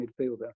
midfielder